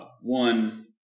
One